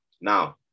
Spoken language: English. Now